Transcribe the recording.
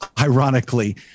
ironically